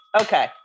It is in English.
Okay